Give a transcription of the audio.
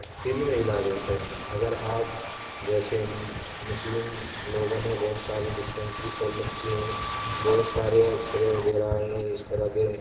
free میں علاج ہوتا ہے اگر آپ جیسے مسلم لوگوں نے بہت ساری ڈسپینسری کھول رکھی ہیں بہت سارے ایکس رے وغیرہ ہیں اس طرح کے